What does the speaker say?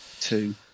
two